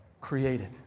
created